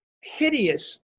hideous